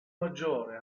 maggiore